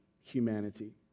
humanity